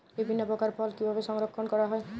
বিভিন্ন প্রকার ফল কিভাবে সংরক্ষণ করা হয়?